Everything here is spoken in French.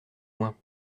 moins